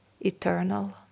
eternal